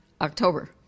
October